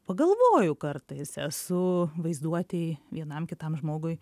pagalvoju kartais esu vaizduotėj vienam kitam žmogui